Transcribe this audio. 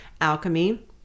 alchemy